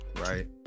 Right